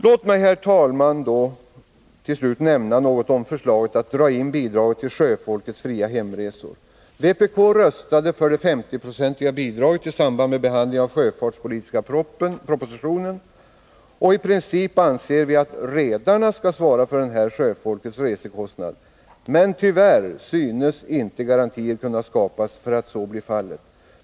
Låt mig, herr talman, till slut nämna något om förslaget att dra in bidraget till sjöfolkets fria hemresor. Vpk röstade för det 50-procentiga bidraget i samband med behandlingen av den sjöfartspolitiska propositionen. I princip anser vi att redarna skall svara för denna sjöfolkets resekostnad, men tyvärr synes inte garantier kunna skapas för att så blir fallet.